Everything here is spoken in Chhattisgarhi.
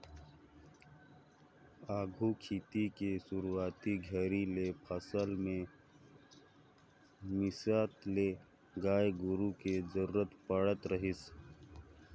आघु खेती के सुरूवाती घरी ले फसल के मिसात ले गाय गोरु के जरूरत पड़त रहीस